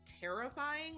terrifying